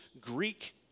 Greek